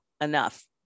enough